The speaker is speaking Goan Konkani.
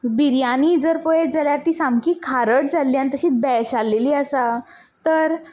बिर्याणी जर पळयत जाल्यार ती सामकी खारट जाल्ली आनी तशीच बेळश्यालेली आसा तर